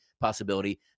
possibility